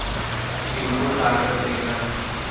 छिलको ताकत देला